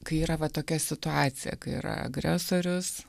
kai yra va tokia situacija kai yra agresorius